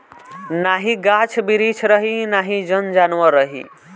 नाही गाछ बिरिछ रही नाही जन जानवर रही